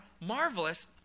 marvelous